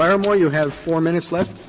laramore, you have four minutes left.